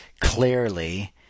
clearly